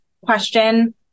question